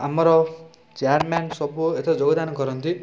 ଆମର ଚେୟାରମ୍ୟାନ୍ ସବୁ ଏଥିରେ ଯୋଗଦାନ କରନ୍ତି